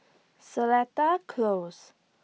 Seletar Close